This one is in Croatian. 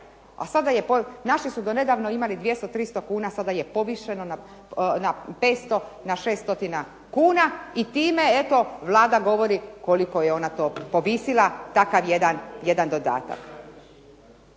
naši su do nedavno imali 200, 300 kuna, sada je povišeno na 500, 600 kuna i time eto Vlada govori koliko je ona to povisila takav jedan dodatak.